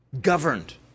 governed